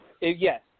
yes